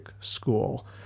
school